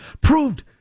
proved